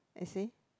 essay